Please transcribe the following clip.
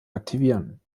aktivieren